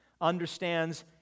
understands